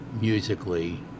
musically